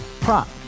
prop